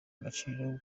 agaciro